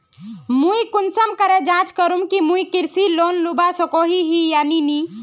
मुई कुंसम करे जाँच करूम की मुई कृषि लोन लुबा सकोहो ही या नी?